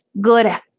good